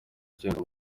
icyemezo